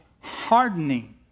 hardening